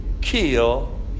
kill